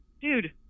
dude